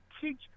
teach